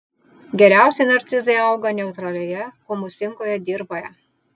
geriausiai narcizai auga neutralioje humusingoje dirvoje